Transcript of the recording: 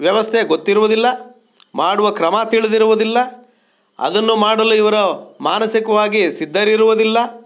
ವ್ಯವಸ್ಥೆ ಗೊತ್ತಿರುವುದಿಲ್ಲ ಮಾಡುವ ಕ್ರಮ ತಿಳಿದಿರುವುದಿಲ್ಲ ಅದನ್ನು ಮಾಡಲು ಇವರು ಮಾನಸಿಕವಾಗಿ ಸಿದ್ಧರಿರುವುದಿಲ್ಲ